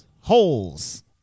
Holes